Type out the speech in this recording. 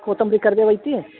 ಕೊತ್ತಂಬ್ರಿ ಕರ್ಬೇವು ಐತಿ